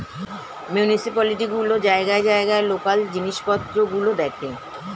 municipality গুলো জায়গায় জায়গায় লোকাল জিনিসপত্র গুলো দেখে